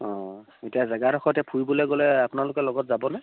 অঁ এতিয়া জেগাডোখৰতে ফুৰিবলৈ গ'লে আপোনালোকে লগত যাবনে